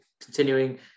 continuing